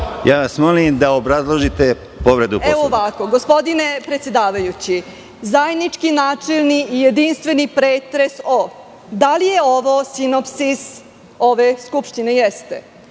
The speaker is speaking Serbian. Judita, molim vas da obrazložite povredu Poslovnika.)Gospodine predsedavajući, zajednički načelni i jedinstveni pretres, da li je ovo sinopsis ove skupštine? Jeste.